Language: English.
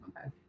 Okay